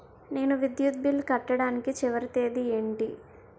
నేను విద్యుత్ బిల్లు కట్టడానికి చివరి తేదీ ఏంటి?